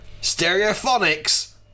Stereophonics